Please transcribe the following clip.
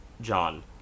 John